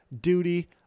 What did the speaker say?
duty